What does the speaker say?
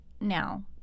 now